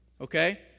Okay